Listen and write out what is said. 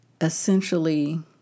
essentially